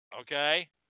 Okay